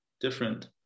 different